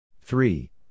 Three